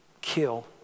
kill